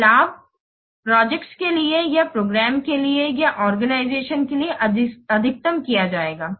तो लाभ प्रोजेक्ट्स के लिए या प्रोग्राम के लिए या आर्गेनाइजेशन के लिए अधिकतम किया जाएगा